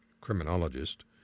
criminologist